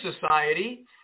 society